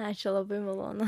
ačiū labai malonu